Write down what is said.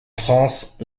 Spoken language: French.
france